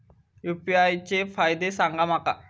UPI चे फायदे सांगा माका?